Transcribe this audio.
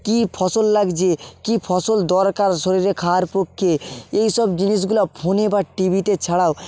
কী ফসল লাগছে কী ফসল দরকার শরীরে খাওয়ার পক্ষে এই সব জিনিসগুলো ফোনে বা টিভিতে ছাড়াও